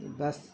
bus